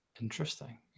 Interesting